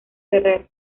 ferrer